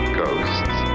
ghosts